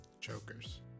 Chokers